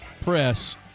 press